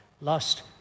Lust